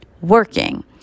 working